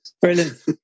Brilliant